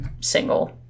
single